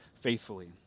faithfully